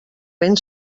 ben